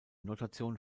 notation